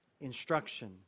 instruction